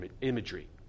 imagery